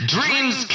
Dreams